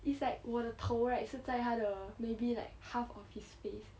it's like 我的头 right 是在他的 maybe like half of his face